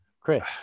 Chris